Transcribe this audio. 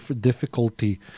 difficulty